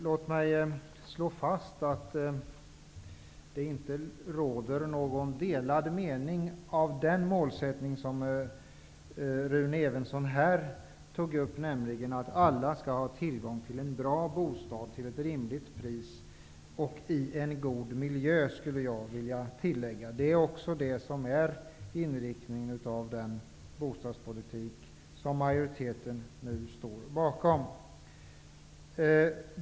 Låt mig slå fast att det inte råder några delade meningar om det mål som Rune Evensson här angav, nämligen att alla skall ha tillgång till en bra bostad till ett rimligt pris -- och i en god miljö, skulle jag vilja tillägga. Det är också inriktningen av den bostadspolitik som majoriteten nu står bakom.